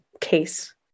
case